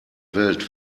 welt